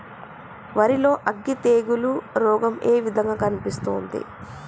వరి లో అగ్గి తెగులు రోగం ఏ విధంగా కనిపిస్తుంది?